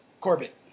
Corbett